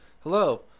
Hello